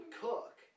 cook